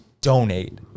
donate